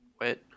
Wait